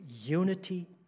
unity